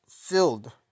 filled